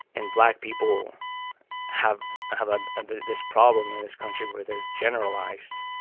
and black people have have ah and this problem in this country where they're generalized.